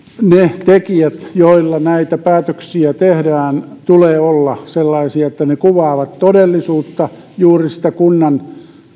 niiden tekijöiden joilla näitä päätöksiä tehdään tulee olla sellaisia että ne kuvaavat todellisuutta juuri sitä kunnan